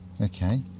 Okay